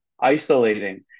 isolating